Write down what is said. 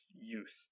youth